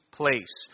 place